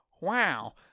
wow